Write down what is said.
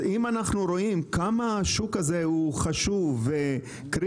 אם אנחנו רואים כמה השוק הזה הוא חשוב וקריטי